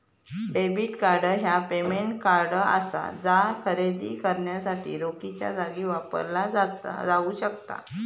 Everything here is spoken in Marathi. डेबिट कार्ड ह्या पेमेंट कार्ड असा जा खरेदी करण्यासाठी रोखीच्यो जागी वापरला जाऊ शकता